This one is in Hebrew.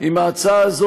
אם ההצעה הזאת,